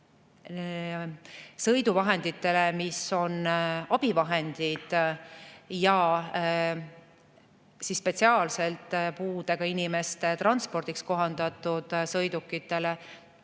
sõiduvahenditele, mis on abivahendid, ja spetsiaalselt puudega inimeste transpordiks kohandatud sõidukitele,